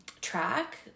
track